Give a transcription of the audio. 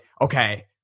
okay